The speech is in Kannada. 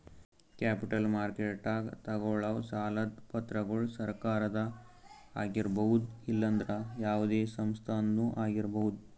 ಕ್ಯಾಪಿಟಲ್ ಮಾರ್ಕೆಟ್ದಾಗ್ ತಗೋಳವ್ ಸಾಲದ್ ಪತ್ರಗೊಳ್ ಸರಕಾರದ ಆಗಿರ್ಬಹುದ್ ಇಲ್ಲಂದ್ರ ಯಾವದೇ ಸಂಸ್ಥಾದ್ನು ಆಗಿರ್ಬಹುದ್